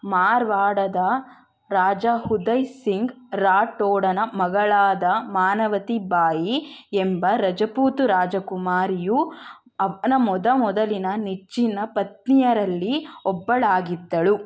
ಮಾರ್ವಾಡದ ರಾಜ ಉದಯ್ ಸಿಂಗ್ ರಾಥೋಡನ ಮಗಳಾದ ಮಾನವತಿ ಬಾಯಿ ಎಂಬ ರಜಪೂತ್ ರಾಜಕುಮಾರಿಯು ಅವನ ಮೊದಮೊದಲಿನ ನೆಚ್ಚಿನ ಪತ್ನಿಯರಲ್ಲಿ ಒಬ್ಬಳಾಗಿದ್ದಳು